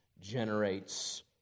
generates